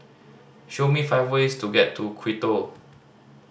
show me five ways to get to Quito